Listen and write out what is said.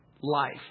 life